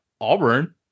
Auburn